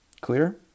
Clear